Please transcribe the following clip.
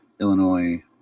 Illinois